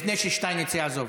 לפני ששטייניץ יעזוב,